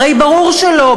הרי ברור שלא.